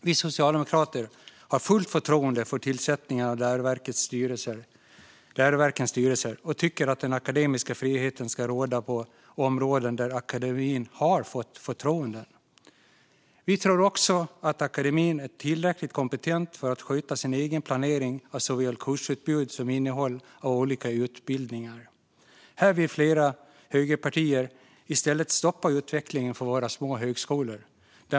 Vi socialdemokrater har fullt förtroende för tillsättningen av lärosätenas styrelser och tycker att den akademiska friheten ska råda på områden där akademin har fått förtroende. Vi tror också att akademin är tillräckligt kompetent för att sköta sin egen planering av såväl kursutbud som innehållet på olika utbildningar. Här vill flera högerpartier i stället stoppa utvecklingen för våra små högskolor.